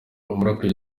umuraperi